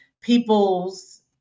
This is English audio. people's